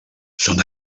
són